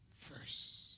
first